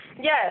yes